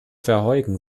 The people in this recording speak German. verheugen